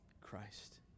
Christ